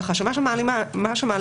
כך שמה שמעלה אדוני,